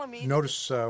Notice